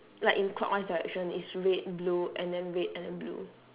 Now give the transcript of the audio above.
like in clockwise direction it's red blue and then red and then blue